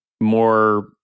more